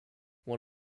one